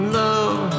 love